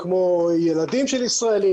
כמו ילדים של ישראלים,